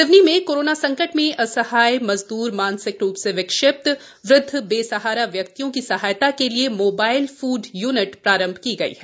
सिवनी में कोरोना संकट में असहाय मजदूर मानसिक विक्षिप्त वृध्द बेसहारा व्यक्तियों की सहायता के लिए मोबाइल फूड यूनिट प्रारंभ की गयी है